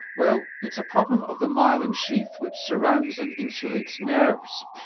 well it's a problem of the myelin sheath which surrounds and insulates nerves.